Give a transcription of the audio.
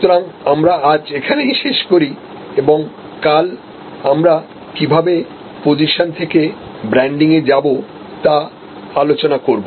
সুতরাং আমরা আজ এখানেই শেষ করি এবং কাল আমরা কীভাবে পজিশন থেকে ব্র্যান্ডিংয়ে যাব তা আলোচনা করব